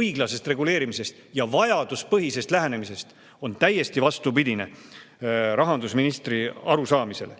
õiglasest reguleerimisest ja vajaduspõhisest lähenemisest on täiesti vastupidine rahandusministri arusaamisele.